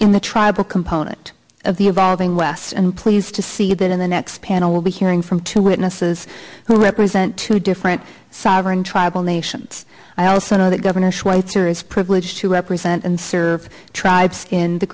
in the tribal component of the evolving west and pleased to see that in the next panel will be hearing from two witnesses who represent two different sovereign tribal nations i also know that governor schweitzer is privileged to represent and serve tribes in the